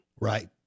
Right